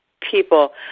people